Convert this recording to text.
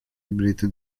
libretto